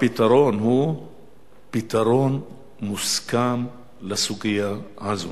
הפתרון הוא פתרון מוסכם לסוגיה הזאת.